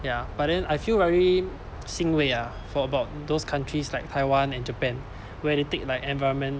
ya but then I feel very 欣慰 ah for about those countries like taiwan and japan where they take like environment